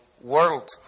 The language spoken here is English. world